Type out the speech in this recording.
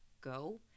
go